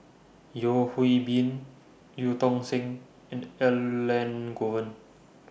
Yeo Hwee Bin EU Tong Sen and Elangovan